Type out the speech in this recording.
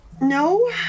No